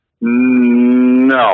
No